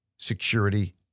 security